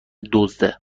دزده